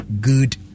good